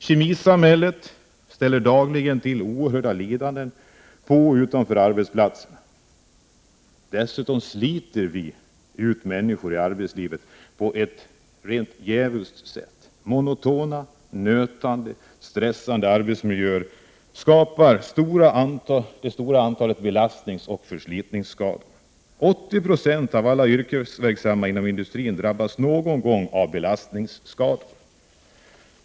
Kemisamhället ställer dagligen till oerhörda lidanden på och utanför arbetsplatserna. Dessutom sliter vi ut människorna i arbetslivet på ett rent djävulskt sätt. Monotona, nötande och stressande arbetsmiljöer skapar det stora antalet belastningsoch förslitningsskador. 80 96 av alla yrkesverksamma inom industrin drabbas någon gång av belastningsskador.